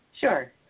Sure